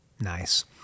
Nice